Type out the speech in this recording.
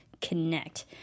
connect